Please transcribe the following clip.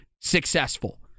successful